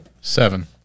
Seven